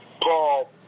Paul